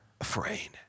afraid